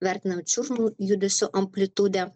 vertinam čiurnų judesių amplitudę